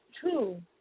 two